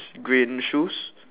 green shoes